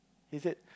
he said